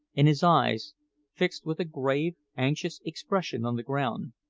and his eyes fixed with a grave, anxious expression on the ground.